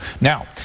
Now